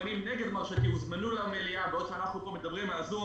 שמכוונים נגד מרשתי הוזמנו למליאת הוועדה בעוד אנחנו פה מדברים מהזום